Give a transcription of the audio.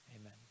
Amen